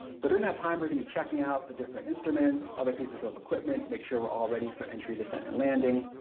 so during that time we're gonna be checking out the different instruments, other pieces of equipment to make sure we're all ready for entry descent and landing.